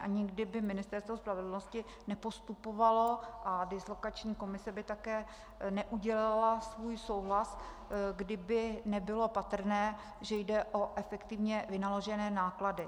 Nikdy by Ministerstvo spravedlnosti nepostupovalo a dislokační komise by také neudělila svůj souhlas, kdyby nebylo patrné, že jde o efektivně vynaložené náklady.